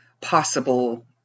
possible